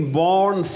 born